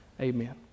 Amen